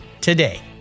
today